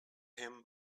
him